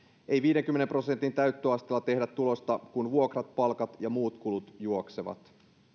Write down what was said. ei viidenkymmenen prosentin täyttöasteella tehdä tulosta kun vuokrat palkat ja muut kulut juoksevat